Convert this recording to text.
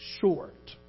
short